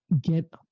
get